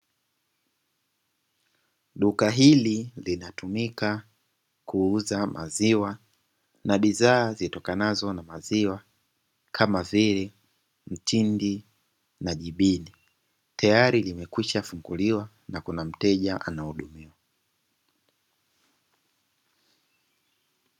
Duka hili linatumika kuuza maziwa na bidhaa zitokanazo na maziwa kama vile mtindi na jibini, tayari limekwisha funguliwa na kuna mteja anahudumiwa.